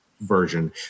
version